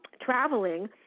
traveling